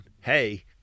Hey